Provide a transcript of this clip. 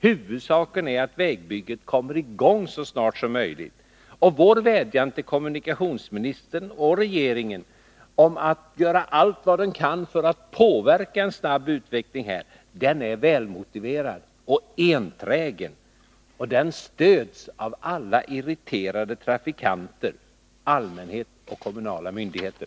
Huvudsaken är att vägbygget kommer i gång så snart som möjligt. Vår vädjan till kommunikationsministern och regeringen i övrigt att de skall göra allt vad de kan för att påverka en snabb utveckling är välmotiverad och enträgen. Och den stöds av alltmer irriterade trafikanter, allmänhet och kommunala myndigheter.